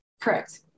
correct